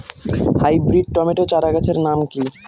Hybrid tomato চারাগাছের নাম কি?